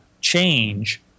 change